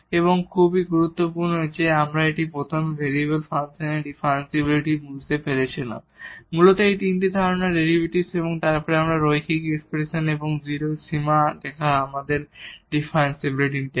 এবং খুবই গুরুত্বপূর্ণ যে আমরা প্রথমে একটি ভেরিয়েবলের ফাংশনের এই ডিফারেনশিবিলিটি বুঝতে পেরেছিলাম মূলত এই তিনটি ধারণার ডেরিভেটিভ এবং তারপর এই রৈখিক এক্সপ্রেশন এবং 0 এর সীমা লেখা আমাদের ডিফারেনশিবিলিটি দেয়